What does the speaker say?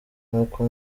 nkuko